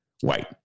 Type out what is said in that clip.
white